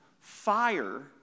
Fire